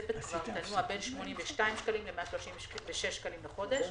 התוספת תנוע בין 82 שקלים ל-136 שקלים לחודש.